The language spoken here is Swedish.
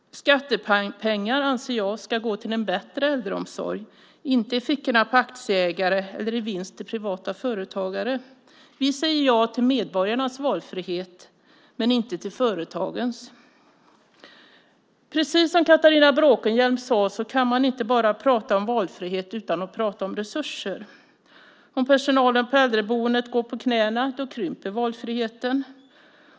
Skattepengar anser jag ska gå till en bättre äldreomsorg, inte i fickorna på aktieägare eller i vinst till privata företagare. Vi säger ja till medborgarnas valfrihet men inte till företagens. Precis som Catharina Bråkenhielm sade kan man inte prata om valfrihet utan att prata om resurser. Om personalen på äldreboendet går på knäna krymper valfriheten.